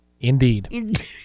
Indeed